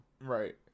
Right